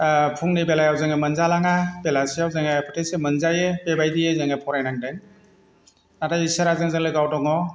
फुंनि बेलायाव जोङो मोनजा लाङा बेलासियाव जोङो बोथिसे मोनजायो बेबायदियै जोङो फरायनांदों नाथाय इसोरा जोंजों लोगोआव दङ